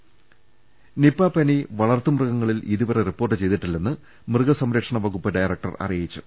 രുട്ടിട്ട്ട്ട്ട്ട്ട്ട നിപ പനി വളർത്തുമൃഗങ്ങളിൽ ഇതുവരെ റിപ്പോർട്ട് ചെയ്തിട്ടില്ലെന്ന് മൃഗസംരക്ഷണ വകുപ്പ് ഡയറക്ടർ അറിയിച്ചു